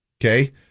okay